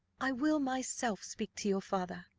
i will myself speak to your father.